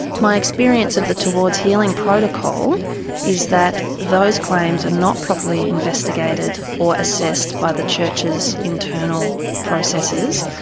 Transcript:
my experience of the towards healing protocol is that those claims are not properly investigated or assessed by the church's internal processes.